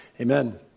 amen